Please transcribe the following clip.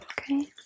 okay